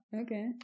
Okay